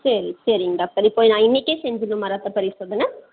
சரி சரிங்க டாக்டர் இப்போது நான் இன்றைக்கே செஞ்சிடணுமா ரத்தப் பரிசோதனை